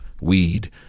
weed